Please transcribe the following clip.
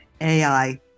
AI